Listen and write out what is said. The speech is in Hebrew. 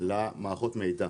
למערכות מידע.